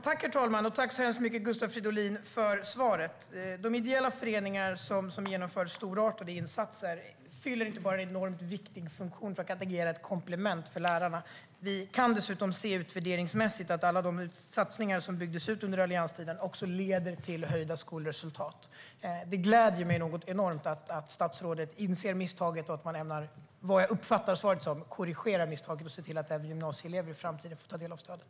Herr talman! Tack så hemskt mycket för svaret, Gustav Fridolin. De ideella föreningar som genomför storartade insatser fyller inte bara en enormt viktig funktion genom att agera som ett komplement för lärarna. Vi kan dessutom se utvärderingsmässigt att alla de satsningar som byggdes ut under allianstiden också leder till bättre skolresultat. Det gläder mig något enormt att statsrådet inser misstaget och att man, som jag uppfattar svaret, ämnar korrigera misstaget och se till att även gymnasieelever i framtiden får ta del av stödet.